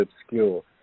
obscure